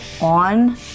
on